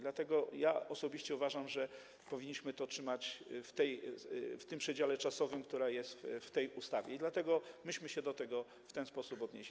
Dlatego ja osobiście uważam, że powinniśmy to trzymać w przedziale czasowym, który jest w tej ustawie, i dlatego myśmy się do tego w ten sposób odnieśli.